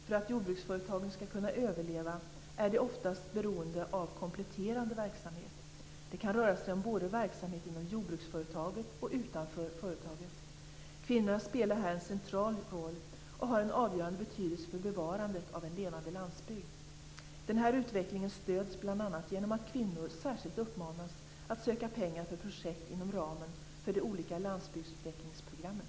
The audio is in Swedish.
För att jordbruksföretagen skall kunna överleva är de ofta beroende av kompletterande verksamhet. Det kan röra sig om både verksamhet inom jordbruksföretaget och utanför företaget. Kvinnorna spelar här en central roll och har en avgörande betydelse för bevarandet av en levande landsbygd. Den här utvecklingen stöds bl.a. genom att kvinnor särskilt uppmanas att söka pengar för projekt inom ramen för de olika landsbygdsutvecklingsprogrammen.